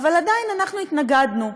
עדיין אנחנו התנגדנו.